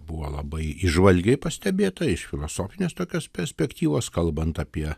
buvo labai įžvalgiai pastebėta iš filosofinės tokios perspektyvos kalbant apie